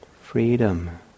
freedom